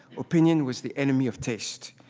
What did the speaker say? opinion was the enemy of taste.